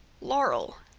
laurel,